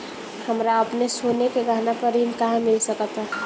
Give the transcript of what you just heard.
हमरा अपन सोने के गहना पर ऋण कहां मिल सकता?